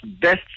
best